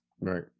right